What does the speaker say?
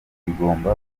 bigomba